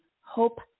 Hope